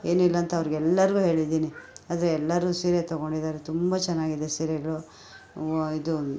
ಏನಿಲ್ಲ ಅಂತ ಅವ್ರೆಲ್ರಿಗೂ ಹೇಳಿದ್ದೀನಿ ಆದರೆ ಎಲ್ಲರೂ ಸೀರೆ ತೊಗೊಂಡಿದ್ದಾರೆ ತುಂಬ ಚೆನ್ನಾಗಿದೆ ಸೀರೆಗಳು ಇದು